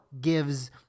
gives